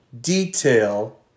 detail